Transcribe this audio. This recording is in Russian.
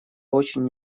очень